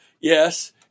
Yes